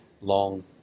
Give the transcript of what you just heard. long